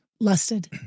lusted